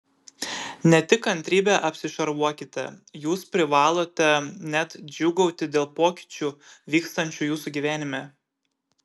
ne tik kantrybe apsišarvuokite jūs privalote net džiūgauti dėl pokyčių vykstančių jūsų gyvenime